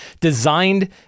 designed